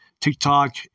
TikTok